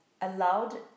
allowed